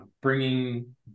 bringing